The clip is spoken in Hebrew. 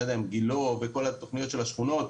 גילה וכל התוכניות של השכונות,